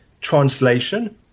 translation